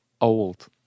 Old